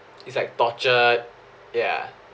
it's like tortured ya